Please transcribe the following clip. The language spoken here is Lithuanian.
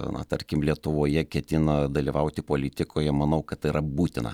na tarkim lietuvoje ketina dalyvauti politikoje manau kad tai yra būtina